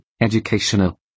Educational